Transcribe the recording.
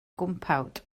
gwmpawd